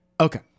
Okay